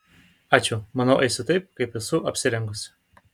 ačiū manau eisiu taip kaip esu apsirengusi